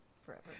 forever